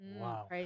Wow